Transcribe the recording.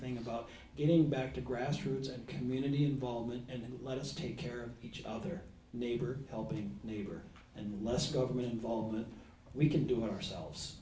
thing about getting back to grassroots and community involvement and let's take care of each other neighbor helping neighbor and less government involvement we can do it ourselves